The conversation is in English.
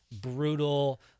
brutal